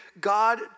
God